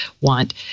want